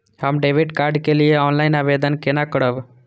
हम debit card के लिए ऑनलाइन आवेदन केना करब?